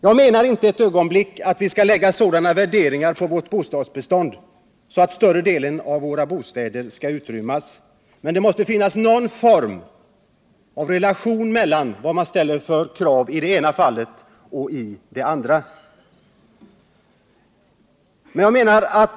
Jag menar inte ett ögonblick att vi skall ställa så stora krav på vårt bostadsbestånd att större delen av bostäderna måste utrymmas. Men det måste finnas någon relation mellan de krav som ställs i det ena fallet och i det andra fallet.